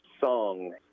song